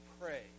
pray